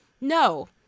no